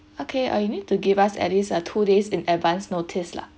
okay uh you need to give us at least uh two days in advance notice lah